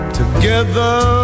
together